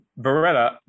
Barella